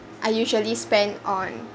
I usually spend on